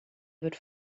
wird